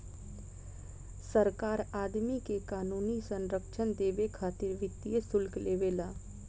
सरकार आदमी के क़ानूनी संरक्षण देबे खातिर वित्तीय शुल्क लेवे ला